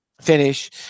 finish